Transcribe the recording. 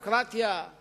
המדינה מוותרת על נכסים,